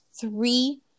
three